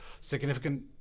significant